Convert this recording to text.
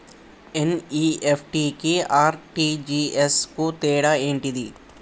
NEFT కి RTGS కు తేడా ఏంటిది?